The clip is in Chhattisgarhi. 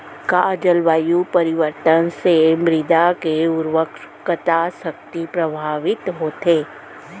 का जलवायु परिवर्तन से मृदा के उर्वरकता शक्ति प्रभावित होथे?